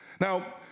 Now